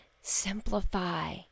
simplify